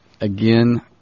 Again